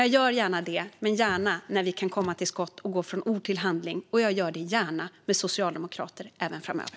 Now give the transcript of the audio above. Jag gör jag gärna detta när vi kan komma till skott och gå från ord till handling, och jag gör det gärna med socialdemokrater även framöver.